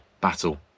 battle